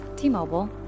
T-Mobile